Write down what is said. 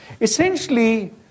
Essentially